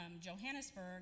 Johannesburg